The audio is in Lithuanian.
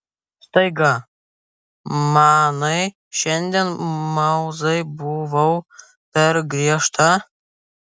staiga manai šiandien mauzai buvau per griežta